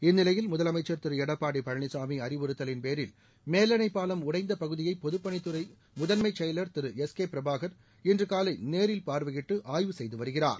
இந்நிலையில் முதலமைச்சர் திரு எடப்பாடி பழனிசாமி அறிவுறுத்தலின் பேரில் மேலனை பாலம் உடைந்த பகுதியை பொதுப்பணித் துறை முதன்மை செயல் திரு எஸ் கே பிரபாக் இன்றுகாலை நேரில் பார்வையிட்டு ஆய்வு செய்து வருகிறார்